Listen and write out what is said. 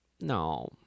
no